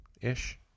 ish